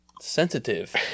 sensitive